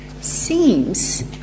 seems